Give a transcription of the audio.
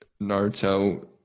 Naruto